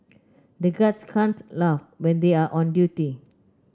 the guards can't laugh when they are on duty